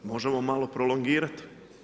Možemo malo prolongirati.